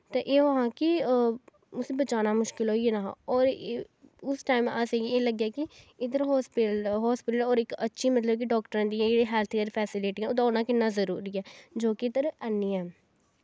ते एहो हा कि उसी बचाना मुश्किल होई जाना हा और उस टैम असें एह् लग्गेआ कि इध्दर होस्पिटल और इक अच्छी डाक्टरें दी ऐ हैल्थ केयर फैस्लिटियां ओह्दा होना किन्ना जरूरी ऐ जो कि इध्दर हैनी ऐ